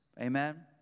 Amen